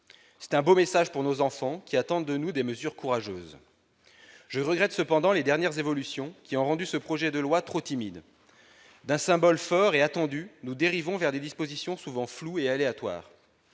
C'est un beau message pour nos enfants, qui attendent de nous des mesures courageuses. Je regrette cependant les dernières évolutions, qui ont rendu ce projet de loi trop timide. D'un symbole fort et attendu, nous dérivons vers des dispositions souvent floues et aléatoires.